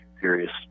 serious